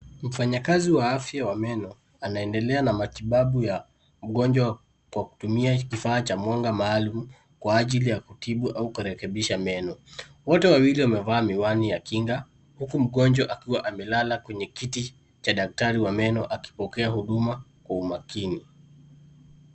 Mfanyakazi wa afya wa meno anaendelea na matibabu ya mgonjwa kwa kutumia kifaa cha mwanga maalum kwa ajili ya kutibu au kurekebisha meno. Wote wawili wamevaa miwani ya kinga, huku mgonjwa akiwa amelala kwenye kiti, cha daktari wa meno akipokea huduma kwa umakini.